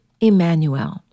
Emmanuel